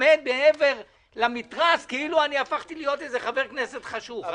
עומד מעבר למתרס כאילו אני הפכתי להיות איזה חבר כנסת חשוך.